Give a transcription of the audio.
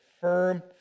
firm